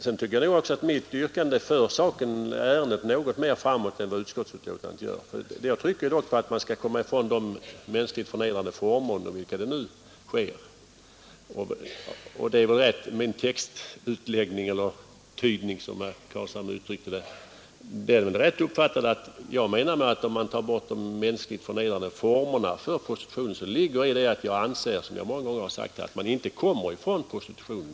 Sedan tycker jag nog också att mitt yrkande för ärendet något mer framåt än vad utskottets betänkande gör. Jag trycker dock på att man skall komma ifrån de mänskligt förnedrande former under vilka prostitutionen nu försiggår. Beträffande min textutläggning eller kommentar, som herr Carlshamre uttryckte det — så är det rätt uppfattat att när jag menar att man skall ta bort de mänskligt förnedrande formerna för prostitutionen, så ligger i det att jag anser, som jag många gånger har sagt, att man inte kommer ifrån prostitutionen.